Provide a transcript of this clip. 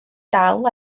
dal